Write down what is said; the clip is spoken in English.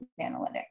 analytics